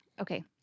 okay